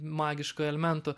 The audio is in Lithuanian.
magiškų elementų